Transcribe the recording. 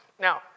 Now